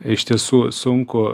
iš tiesų sunku